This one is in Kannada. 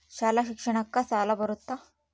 ಶಾಲಾ ಶಿಕ್ಷಣಕ್ಕ ಸಾಲ ಬರುತ್ತಾ?